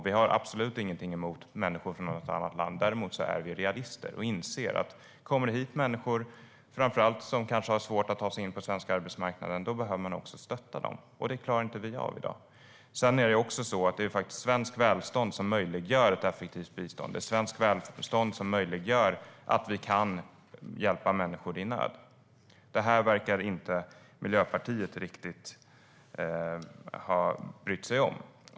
Vi har absolut ingenting emot människor från något annat land. Däremot är vi realister. Vi inser att om människor kommer hit som kanske framför allt har svårt att ta sig in på svensk arbetsmarknad behöver man också stötta dem. Det klarar vi inte av i dag. Det är svenskt välstånd som möjliggör ett effektivt bistånd. Det verkar inte Miljöpartiet riktigt ha brytt sig om.